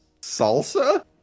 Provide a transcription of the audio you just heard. salsa